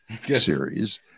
series